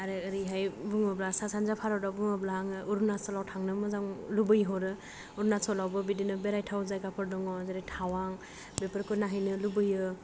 आरो ओरैहाय बुङोब्ला सा सानजा भारत आव बुङोब्ला आङो अरुणाचलाव थांनो मोजां लुबै हरो अरुणाचलावबो बिदिनो बेरायथाव जायगाफोर दङ' जेरै तावां बेफोरखौ नायहैनो लुबैयो